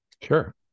sure